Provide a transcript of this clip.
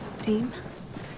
Demons